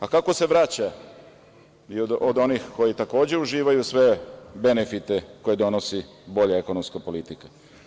A, kako se vraća od onih koji takođe uživaju sve benefite koje donosi bolja ekonomska politika?